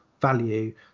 value